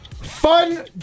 fun